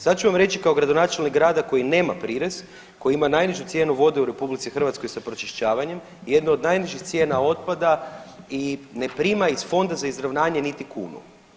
Sad ću vam reći kao gradonačelnik grada koji nema prirez, koji ima najnižu cijenu vode u RH sa pročišćavanjem, jednu od najnižih cijena otpada i ne prima iz Fonda za izravnanje niti kunu.